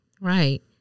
Right